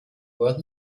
worth